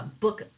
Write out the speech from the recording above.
book